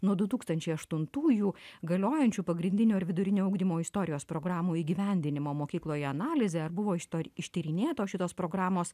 nuo du tūkstančiai aštuntųjų galiojančių pagrindinio ir vidurinio ugdymo istorijos programų įgyvendinimo mokykloje analizė buvo ištor ištyrinėtos šitos programos